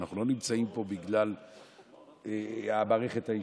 אנחנו לא נמצאים פה בגלל המערכת האישית.